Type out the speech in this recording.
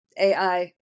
AI